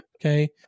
okay